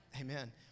Amen